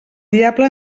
diable